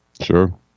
Sure